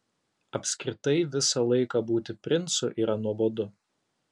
apskritai visą laiką būti princu yra nuobodu